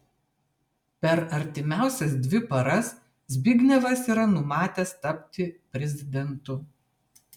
per artimiausias dvi paras zbignevas yra numatęs tapti prezidentu